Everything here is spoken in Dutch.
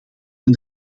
een